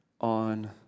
on